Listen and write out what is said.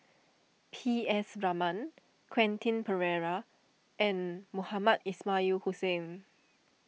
P S Raman Quentin Pereira and Mohamed Ismail Hussain